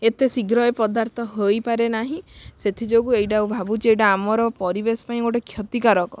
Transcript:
ଏତେ ଶୀଘ୍ର ଏ ପଦାର୍ଥ ହୋଇପାରେ ନାହିଁ ସେଥିଯୋଗୁଁ ଏଇଟାକୁ ଭାବୁଛି ଏଇଟା ଆମର ପରିବେଶ ପାଇଁ ଗୋଟେ କ୍ଷତିକାରକ